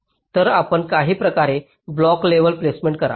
तर आपण काही प्रकारचे ब्लॉक लेव्हल प्लेसमेंट करा